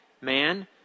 Man